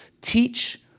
teach